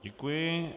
Děkuji.